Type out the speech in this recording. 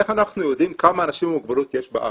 איך אנחנו יודעים כמה אנשים עם מוגבלות יש בארץ?